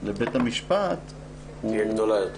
לבית המשפט היא יותר טובה,